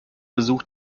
besuch